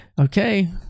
okay